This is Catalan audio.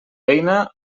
beina